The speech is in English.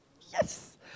Yes